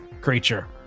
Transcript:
creature